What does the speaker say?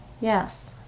Yes